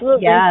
Yes